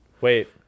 Wait